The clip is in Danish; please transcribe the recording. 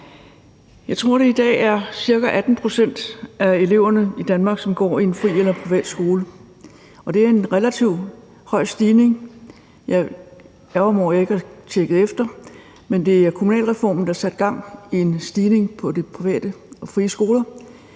Jeg tror, det i dag er ca. 18 pct. af eleverne i Danmark, som går i en fri eller privat skole. Det er en relativt høj stigning, og jeg ærgrer mig over, at jeg ikke har tjekket efter. Men det var kommunalreformen, der satte gang i en stigning på de private og frie skoler,